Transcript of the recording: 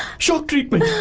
shock treatment!